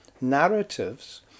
narratives